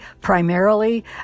primarily